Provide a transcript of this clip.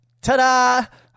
Ta-da